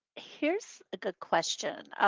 here's a good question.